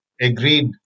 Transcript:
agreed